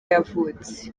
yavutse